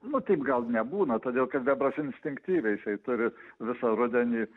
nu taip gal nebūna todėl kad bebras instinktyviai jisai turi visą rudenį